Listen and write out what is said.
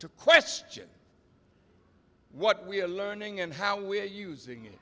to question what we are learning and how we are using it